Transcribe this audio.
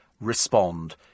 respond